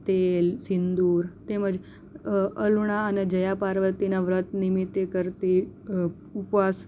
તેલ સિંદૂર તેમજ અલૂણા અને જયા પાર્વતીનાં વ્રત નિમિત્તે કરતી ઉપવાસ